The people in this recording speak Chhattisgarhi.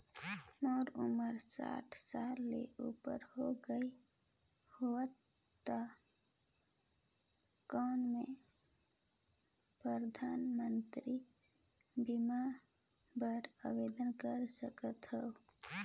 मोर उमर साठ साल ले उपर हो गे हवय त कौन मैं परधानमंतरी बीमा बर आवेदन कर सकथव?